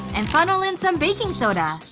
and funnel in some baking soda.